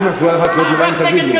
אם מפריעות לך קריאות הביניים תגיד לי,